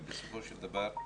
כי בסופו של דבר,